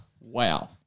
Wow